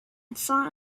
thought